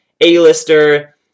A-lister